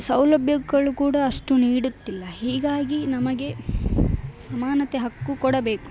ಸೌಲಭ್ಯಗಳು ಕೂಡ ಅಷ್ಟು ನೀಡುತ್ತಿಲ್ಲ ಹೀಗಾಗಿ ನಮಗೆ ಸಮಾನತೆ ಹಕ್ಕು ಕೊಡಬೇಕು